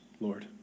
Lord